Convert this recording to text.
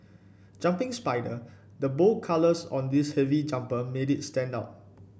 jumping spider The bold colours on this heavy jumper made it stand out